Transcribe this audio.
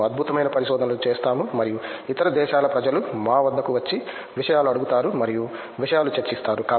మేము అద్భుతమైన పరిశోధనలు చేస్తాము మరియు ఇతర దేశాల ప్రజలు మా వద్దకు వచ్చి విషయాలు అడగుతారు మరియు విషయాలు చర్చిస్తారు